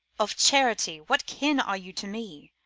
of charity, what kin are you to me?